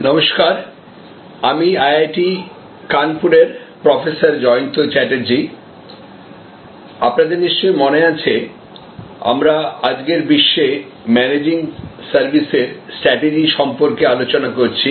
hello আমি IIT কানপুরের professor Jayanta Chatterjee আপনাদের নিশ্চয়ই মনে আছে আমরা আজকের বিশ্বে ম্যানেজিং সার্ভিসের স্ট্রাটেজি সম্পর্কে আলোচনা করছি